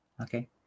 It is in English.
Okay